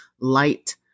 light